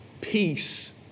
peace